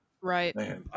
right